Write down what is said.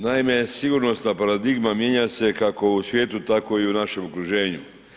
Naime, sigurnosna paradigma mijenja se, kako u svijetu, tako i u našem okruženju.